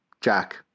Jack